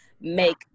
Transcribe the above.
make